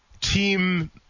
team